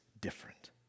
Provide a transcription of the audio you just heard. different